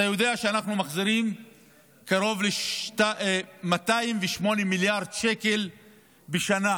אתה יודע שאנחנו מחזירים קרוב ל-208 מיליארד שקל בשנה